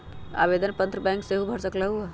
आवेदन पत्र बैंक सेहु भर सकलु ह?